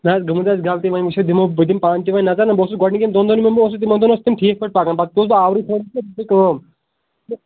نہ حظ گٔمٕژ آسہِ غلطی وۄنۍ یہِ چھےٚ دِمہٕ بہٕ دِمہٕ پانہٕ تہِ وۄنۍ نظر نہ بہٕ اوسُس گۄڈٕنِکٮ۪ن دۄن دۄہن یِمَن بہٕ اوسُس تِمَن دۄہَن اوس تِم ٹھیٖک پأٹھۍ پکان پَتہٕ پیوس بہٕ آورُے